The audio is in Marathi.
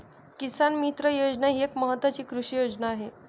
किसान मित्र योजना ही एक महत्वाची कृषी योजना आहे